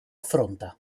affronta